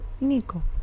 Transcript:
Nico